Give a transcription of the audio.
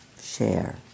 share